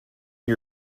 you